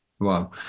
Wow